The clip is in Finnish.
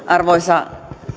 arvoisa